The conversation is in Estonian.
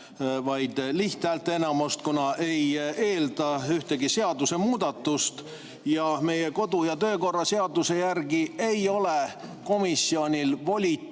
nõuab lihthäälteenamust, kuna ei eelda ühtegi seadusemuudatust. Meie kodu- ja töökorra seaduse järgi ei ole komisjonil volitust